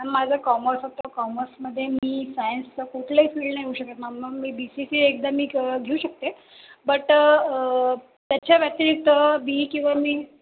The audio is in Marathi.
माझं कॉमर्स होतं कॉमर्समध्ये मी सायन्सचं कुठलंही फिल्ड नाही घेऊ शकत मॅम मी B C C A exam मी घेऊ शकते बट त्याच्याव्यतिरिक्त बी ई किंवा मी